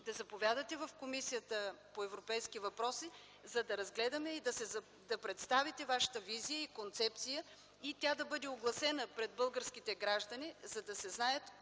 да заповядате в Комисията по европейски въпроси, за да разгледаме и да представите Вашата визия и концепция и тя да бъде огласена пред българските граждани, за да се знае